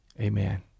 Amen